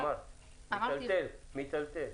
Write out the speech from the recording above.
אמרת "מיטלטל".